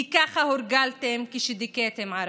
כי ככה הורגלתם כשדיכאתם ערבים.